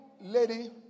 lady